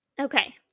Okay